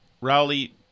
Rowley